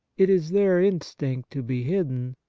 it is their instinct to be hidden,